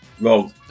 Roll